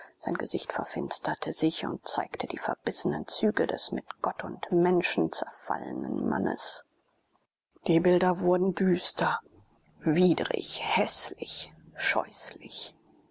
sein gesicht verfinsterte sich und zeigte die verbissenen züge des mit gott und menschen zerfallenen mannes die bilder wurden düster widrig häßlich scheußlich